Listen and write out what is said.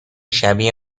شبیه